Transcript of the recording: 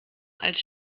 als